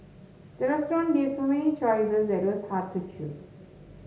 the restaurant gave so many choices that it was hard to choose